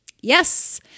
Yes